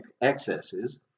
excesses